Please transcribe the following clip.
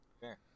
fair